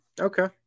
Okay